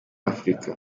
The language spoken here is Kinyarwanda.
afurika